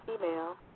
female